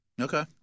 Okay